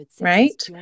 right